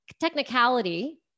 technicality